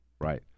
Right